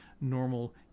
normal